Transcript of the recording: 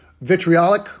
vitriolic